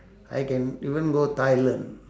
I can even go thailand